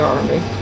Army